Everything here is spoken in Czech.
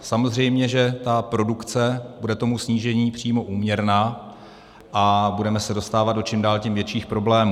Samozřejmě že ta produkce bude tomu snížení přímo úměrná a budeme se dostávat do čím dál tím větších problémů.